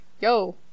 yo